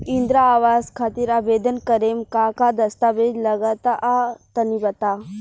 इंद्रा आवास खातिर आवेदन करेम का का दास्तावेज लगा तऽ तनि बता?